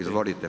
Izvolite.